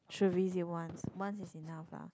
should visit once once is enough lah